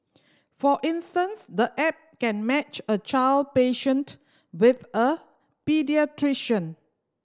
for instance the app can match a child patient with a paediatrician